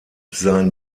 sein